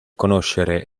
conoscere